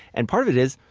and part of it is,